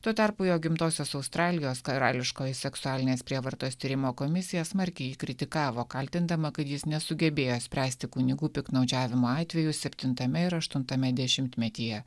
tuo tarpu jo gimtosios australijos karališkoji seksualinės prievartos tyrimo komisija smarkiai jį kritikavo kaltindama kad jis nesugebėjo spręsti kunigų piktnaudžiavimo atvejų septintame ir aštuntame dešimtmetyje